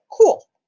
cool